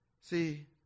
See